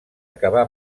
acabar